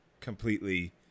completely